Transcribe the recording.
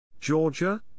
georgia